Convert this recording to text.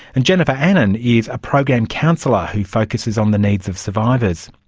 and jennifer annan is a program counsellor who focuses on the needs of survivors.